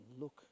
look